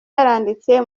yaranditse